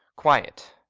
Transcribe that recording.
quiet.